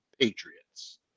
Patriots